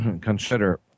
consider